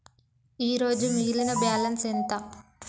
ఈరోజు మిగిలిన బ్యాలెన్స్ ఎంత?